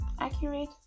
accurate